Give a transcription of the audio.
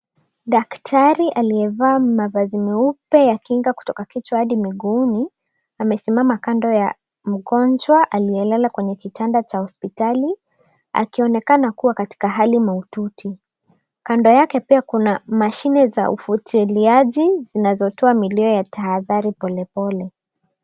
Daktari aliyevaa mavazi meupe ya kinga kutoka kichwa hadi miguuni amesimama kando ya mgonjwa aliyelala kwenye kitanda cha hospitali akionekana kua katika hali mahututi kando yake pia kuna mashine za ufutiliaji zinazotoa milio ya tahadhari kwa polepole.